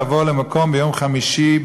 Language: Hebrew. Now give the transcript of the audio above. לבוא למקום ביום חמישי,